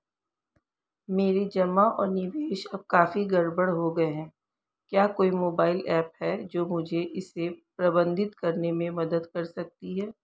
मेरे जमा और निवेश अब काफी गड़बड़ हो गए हैं क्या कोई मोबाइल ऐप है जो मुझे इसे प्रबंधित करने में मदद कर सकती है?